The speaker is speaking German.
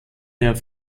der